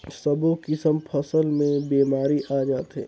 सब्बो किसम फसल मे बेमारी आ जाथे